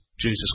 Jesus